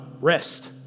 rest